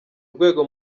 rwego